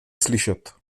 slyšet